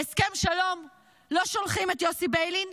להסכם שלום לא שולחים את יוסי ביילין,